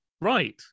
Right